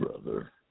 brother